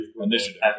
Initiative